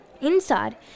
Inside